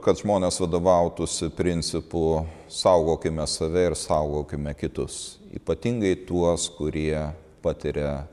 kad žmonės vadovautųsi principu saugokime save ir saugokime kitus ypatingai tuos kurie patiria